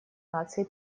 наций